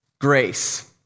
grace